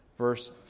verse